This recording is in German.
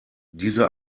diese